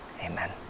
Amen